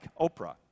Oprah